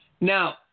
Now